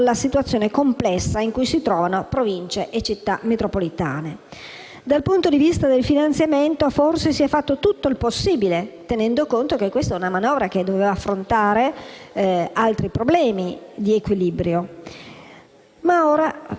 tenendo conto che questa è una manovra che doveva affrontare altri problemi di equilibrio. Forse però non è ancora abbastanza, se il presidente dell'UPI, in occasione della Festa della Repubblica, ha scritto una lettera al presidente Mattarella